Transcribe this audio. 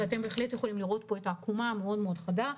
ואתם יכולים לראות עקומה מאוד מאוד חדה.